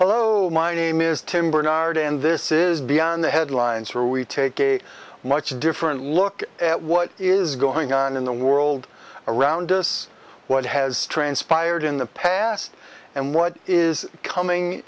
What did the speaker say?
hello my name is tim barnard and this is beyond the headlines where we take a much different look at what is going on in the world around us what has transpired in the past and what is coming